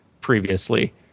previously